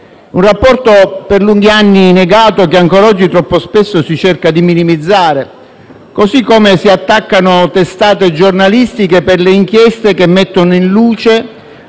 un rapporto che per lunghi anni è stato negato e che ancora oggi troppo spesso si cerca di minimizzare, mentre si attaccano testate giornalistiche per inchieste che mettono in luce